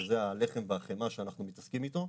שזה הלחם והחמאה שאנחנו מתעסקים איתו,